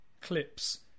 clips